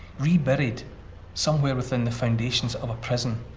reburied somewhere within the foundations of a prison,